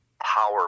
power